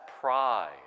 pride